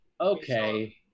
Okay